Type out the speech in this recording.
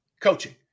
coaching